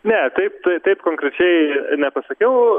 ne taip tai taip konkrečiai nepasakiau